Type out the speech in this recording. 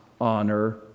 honor